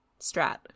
strat